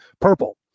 purple